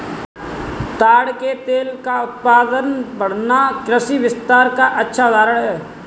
ताड़ के तेल का उत्पादन बढ़ना कृषि विस्तार का अच्छा उदाहरण है